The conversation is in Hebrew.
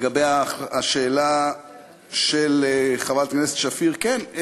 לגבי השאלה של חברת הכנסת שפיר: כן,